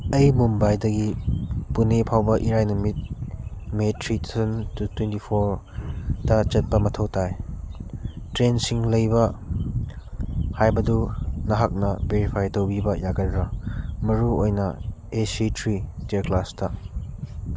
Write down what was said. ꯑꯩ ꯃꯨꯝꯕꯥꯏꯗꯒꯤ ꯄꯨꯅꯦꯐꯥꯎꯕ ꯏꯔꯥꯏ ꯅꯨꯃꯤꯠ May three two thousand twenty ꯐꯣꯔꯗ ꯆꯠꯄ ꯃꯊꯧ ꯇꯥꯏ ꯇ꯭ꯔꯦꯟꯁꯤꯡ ꯂꯩꯕ꯭ꯔ ꯍꯥꯏꯕꯗꯨ ꯅꯍꯥꯛꯅ ꯕꯦꯔꯤꯐꯥꯏ ꯇꯧꯕꯤꯕ ꯌꯥꯒꯗ꯭ꯔ ꯃꯔꯨ ꯑꯣꯏꯅ ꯑꯦ ꯁꯤ ꯊ꯭ꯔꯤ ꯇꯥꯏꯌꯔ ꯀ꯭ꯂꯥꯁꯇ